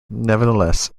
nevertheless